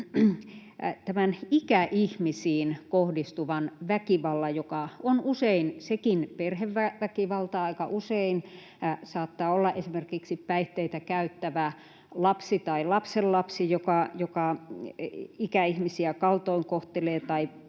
esiin ikäihmisiin kohdistuvan väkivallan, joka on usein sekin perheväkivaltaa. Aika usein saattaa olla esimerkiksi päihteitä käyttävä lapsi tai lapsenlapsi, joka ikäihmisiä kaltoin kohtelee tai